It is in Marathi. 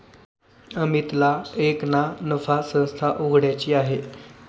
अमितला एक ना नफा संस्था उघड्याची आहे